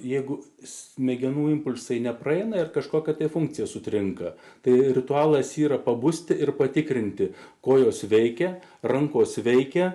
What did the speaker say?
jeigu smegenų impulsai nepraeina ir kažkokia funkcija sutrinka tai ritualas yra pabusti ir patikrinti kojos veikia rankos veikia